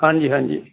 ਹਾਂਜੀ ਹਾਂਜੀ